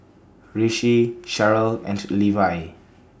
Rishi Cheryll and Levi